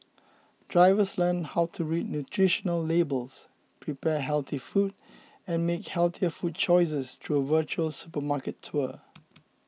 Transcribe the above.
drivers learn how to read nutritional labels prepare healthy food and make healthier food choices through a virtual supermarket tour